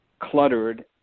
cluttered